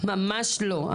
ממש לא.